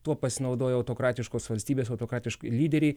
tuo pasinaudojo autokratiškos valstybės autokratiški lyderiai